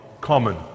Common